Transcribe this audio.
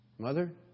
Mother